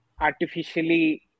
artificially